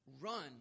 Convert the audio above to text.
run